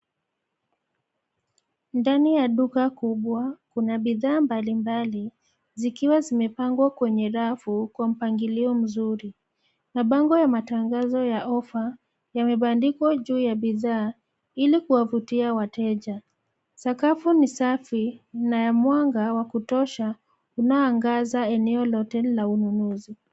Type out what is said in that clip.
Ndani ya duka kubwa, kuna bidhaa mbalimbali zikiwa zimepangwa kwenye rafu kwa mpangilio mzuri .Mabango ya matangazo ya ofa yamebandikwa juu ya bidhaa ili kuwavutia wateja. Sakafu ni safi, na ya mwanga wa kutosha unaoangaza eneo lote la ununuzi.